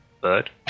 bird